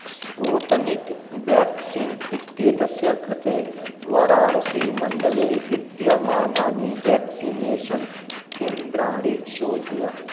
Sputnik vaccine इत्येतस्य कृते वाराणसीमण्डले विद्यमानानि वेक्सिनेषन् केन्द्राणि शोधय